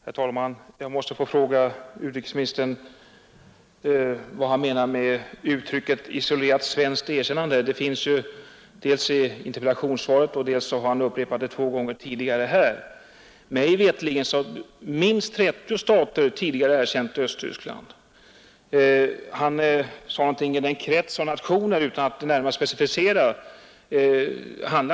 Herr talman! Jag måste få fråga utrikesministern vad han menar med uttrycket ”isolerat svenskt erkännande”. Det finns i interpellationssvaret, och han har dessutom upprepat det två gånger här. Mig veterligt har minst 30 stater tidigare erkänt Östtyskland. Utrikesministern sade ”den krets av nationer” utan att närmare specificera vad han avsåg.